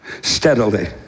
steadily